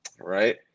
right